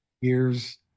years